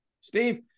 Steve